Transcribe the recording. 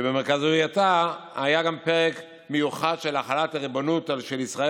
שבמרכזה היה גם פרק מיוחד של החלת הריבונות של ישראל